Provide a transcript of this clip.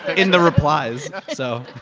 in the replies. so.